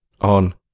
on